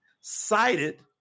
cited